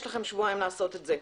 יש לכם שבועיים לעשות את זה.